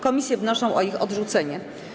Komisje wnoszą o ich odrzucenie.